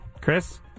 Chris